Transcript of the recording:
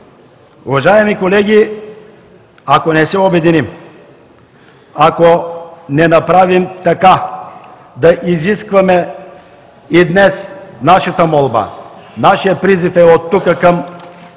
Уважаеми колеги, ако не се обединим, ако не направим така да изискваме… И днес нашата молба, нашият призив е от тук към